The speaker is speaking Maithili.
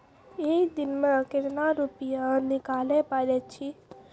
एक दिन मे केतना रुपैया निकाले पारै छी?